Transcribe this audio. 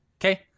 Okay